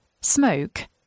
smoke